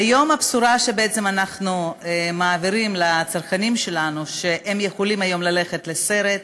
הבשורה שאנחנו מעבירים לצרכנים שלנו היא שהם יכולים היום ללכת לסרט,